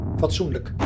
fatsoenlijk